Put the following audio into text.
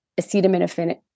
acetaminophen